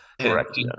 Correct